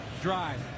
drive